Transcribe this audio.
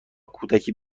کودکی